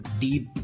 deep